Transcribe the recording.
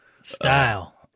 style